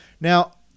Now